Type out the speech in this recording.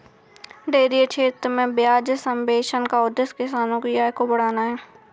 dairy क्षेत्र में ब्याज सब्वेंशन का उद्देश्य किसानों की आय को बढ़ाना है